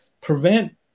prevent